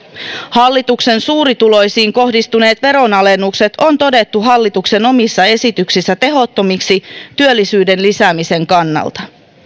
hallituksen suurituloisiin kohdistuneet veronalennukset on todettu hallituksen omissa esityksissä tehottomiksi työllisyyden lisäämisen kannalta